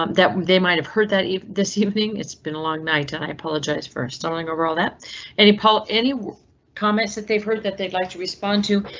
um that they might have heard that this evening. it's been a long night and i apologize for starting over all that any pool? any comments that they've heard that they'd like to respond to?